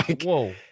Whoa